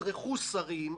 תודרכו שרים,